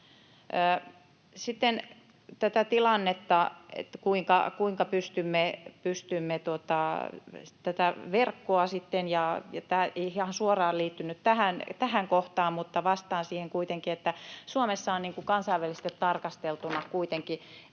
Sitten tästä tilanteesta, kuinka pystymme turvaamaan tätä verkkoa. Tämä ei ihan suoraan liittynyt tähän kohtaan, mutta vastaan siihen kuitenkin, että Suomessa on kansainvälisesti tarkasteltuna kuitenkin